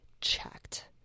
checked